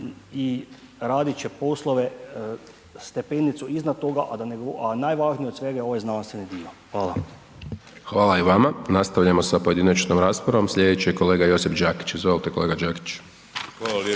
i radit će poslove stepenicu iznad toga a najvažnije od svega je ovaj znanstveni dio, hvala. **Hajdaš Dončić, Siniša (SDP)** Hvala i vama. Nastavljamo sa pojedinačnom raspravom, slijedeći je kolega Josip Đakić, izvolite kolega Đakić.